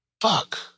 Fuck